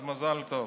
אז מזל טוב.